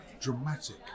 dramatic